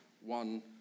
one